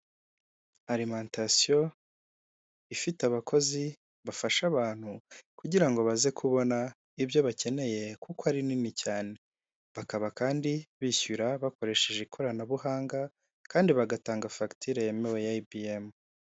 Arimantasiyo ifite abakozi bafasha abantu kugira ngo baze kubona ibyo bakeneye kuko ari nini cyane. Bakaba kandi bishyura bakoresheje ikoranabuhanga kandi bagatanga fagitire yemewe ya EBM.